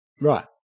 Right